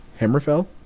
Hammerfell